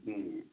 ꯎꯝ